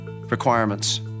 requirements